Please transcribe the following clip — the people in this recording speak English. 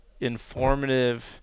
informative